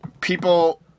people